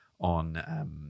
on